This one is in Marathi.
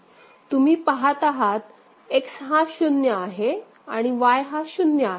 तुम्ही पहात आहात X हा शून्य आहे आणि Y हा शून्य आहे